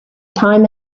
time